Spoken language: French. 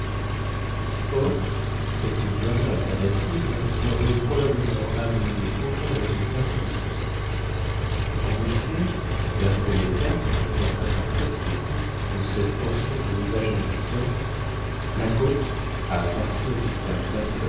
cette dernière alternative n'aurait probablement amené aucun résultat satisfaisant en effet d'après les cartes fort imparfaites il est vrai de cette portion du rivage américain la côte à partir du cap